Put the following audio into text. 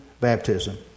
baptism